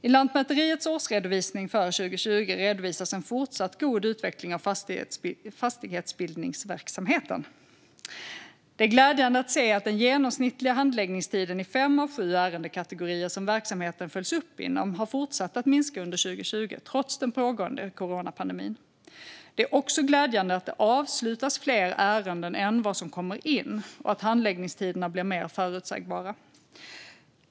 I Lantmäteriets årsredovisning för 2020 redovisas en fortsatt god utveckling av fastighetsbildningsverksamheten. Det är glädjande att se att den genomsnittliga handläggningstiden i fem av sju ärendekategorier som verksamheten följs upp inom har fortsatt minska under 2020, trots den pågående coronapandemin. Det är också glädjande att det avslutas fler ärenden än vad som kommer in och att handläggningstiderna blir mer förutsägbara.